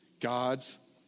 God's